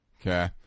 Okay